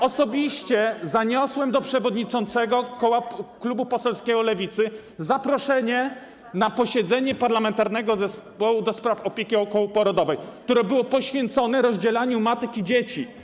Osobiście zaniosłem do przewodniczącego Klubu Parlamentarnego Lewicy zaproszenie na posiedzenie Parlamentarnego Zespołu ds. Opieki Okołoporodowej, które było poświęcone rozdzielaniu matek i dzieci.